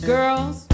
Girls